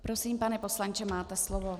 Prosím, pane poslanče, máte slovo.